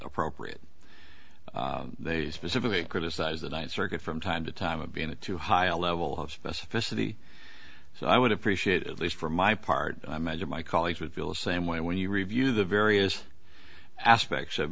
appropriate they specifically criticize the ninth circuit from time to time of being the too high a level of specificity so i would appreciate it at least for my part i measure my colleagues would feel the same way when you review the various aspects of